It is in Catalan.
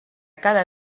cada